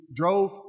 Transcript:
drove